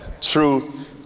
truth